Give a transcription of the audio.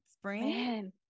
spring